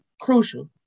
crucial